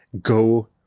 go